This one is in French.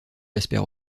jasper